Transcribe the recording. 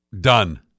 Done